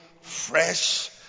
fresh